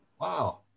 Wow